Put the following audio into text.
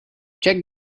check